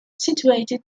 situated